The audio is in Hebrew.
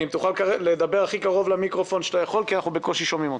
הכי קרוב למיקרופון שאתה יכול כי אנחנו בקושי שומעים אותך.